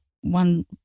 one